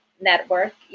network